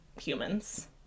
humans